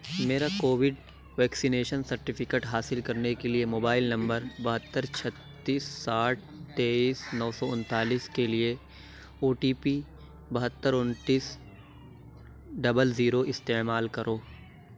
میرا covid vaccination certificate حاصل کرنے کے لیے موبائل نمبر بہتر چھتیس ساٹھ تیئیس نو سو انتالیس کے لیے او ٹی پی بہتر انتیس ڈبل زیرو استعمال کرو